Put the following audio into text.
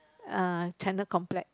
uh China complex